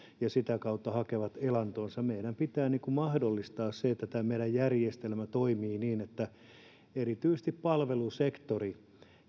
ja sitä kautta hakevat elantonsa meidän pitää mahdollistaa se että tämä meidän järjestelmä toimii erityisesti palvelusektorilla